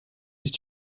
sich